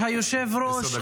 היושב-ראש,